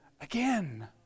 again